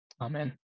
Amen